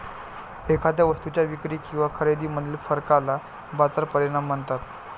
एखाद्या वस्तूच्या विक्री किंवा खरेदीमधील फरकाला बाजार परिणाम म्हणतात